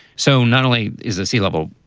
so not only is the sea level